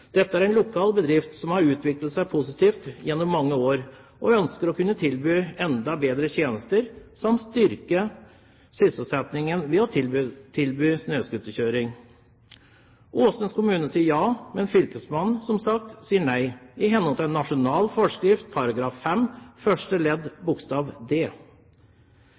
Dette er en lokal bedrift som har utviklet seg positivt gjennom mange år, og som ønsker å kunne tilby enda bedre tjenester, samt styrke sysselsettingen, ved å tilby snøscooterkjøring. Åsnes kommune sier ja, men fylkesmannen, som sagt, sier nei, i henhold til nasjonal forskrift § 5 første ledd bokstav d.